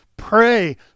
Pray